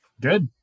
Good